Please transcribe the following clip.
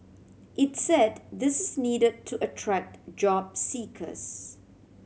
it said this is need to attract job seekers